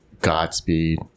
Godspeed